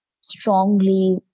strongly